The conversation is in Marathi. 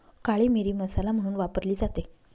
काळी मिरी मसाला म्हणून वापरली जाते